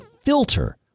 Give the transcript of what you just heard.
filter